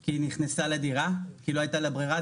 כי היא נכנסה לדירה כי לא הייתה ברירה,